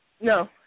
No